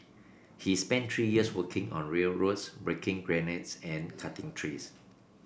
he spent three years working on railroads breaking granite and cutting trees